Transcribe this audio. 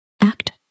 act